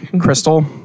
crystal